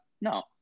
No